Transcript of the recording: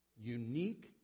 Unique